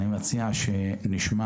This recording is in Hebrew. אני מציע שנשמע